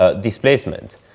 displacement